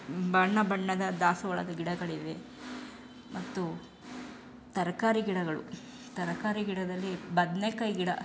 ಬಣ್ಣ ಬಣ್ಣದ ದಾಸವಾಳದ ಗಿಡಗಳಿವೆ ಮತ್ತು ತರಕಾರಿ ಗಿಡಗಳು ತರಕಾರಿ ಗಿಡದಲ್ಲಿ ಬದ್ನೆಕಾಯಿ ಗಿಡ